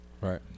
Right